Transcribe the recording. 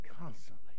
constantly